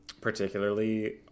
Particularly